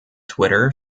twitter